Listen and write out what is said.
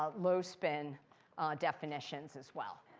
ah low spin definitions as well.